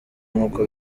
nk’uko